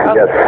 Yes